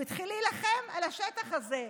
הוא התחיל להילחם על השטח הזה,